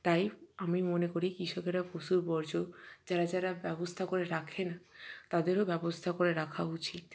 তাই আমি মনে করি কৃষকেরা পশুর বর্জ্য যারা যারা ব্যবস্থা করে রাখে না তাদেরও ব্যবস্থা করে রাখা উচিত